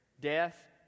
Death